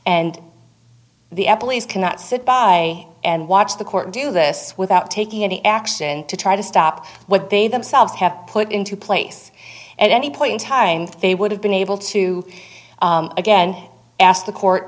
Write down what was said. and the employees cannot sit by and watch the court do this without taking any action to try to stop what they themselves have put into place at any point in time they would have been able to again ask the court